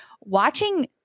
watching